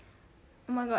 oh my god